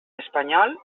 espanyol